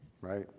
right